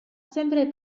sempre